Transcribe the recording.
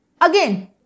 Again